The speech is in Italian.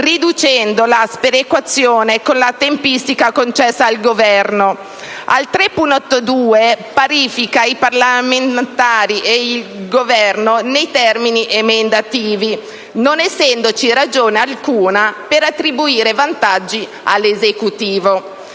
riducendo la sperequazione rispetto alla tempistica concessa al Governo. L'emendamento 3.20 parifica i parlamentari ed il Governo nei termini emendativi, non essendoci ragione alcuna per attribuire vantaggi all'Esecutivo.